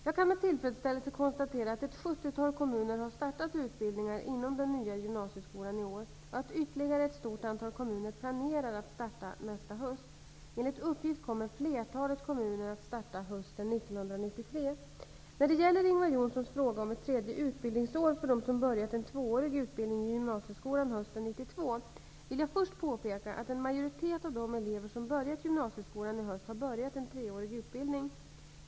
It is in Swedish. Jag kan med tillfredsställelse konstatera att ett sjuttiotal kommuner har startat utbildningar inom den nya gymnasieskolan i år och att ytterligare ett stort antal kommuner planerar att starta nästa höst. Enligt uppgift kommer flertalet kommuner att starta hösten 1993. När det gäller Ingvar Johnssons fråga om ett tredje utbildningsår för dem som börjat en tvåårig utbildning i gymnasieskolan hösten 1992 vill jag först påpeka att en majoritet av de elever som börjat gymnasieskolan i höst har börjat en treårig utbildning.